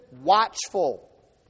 watchful